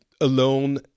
alone